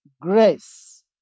grace